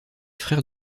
frères